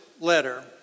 letter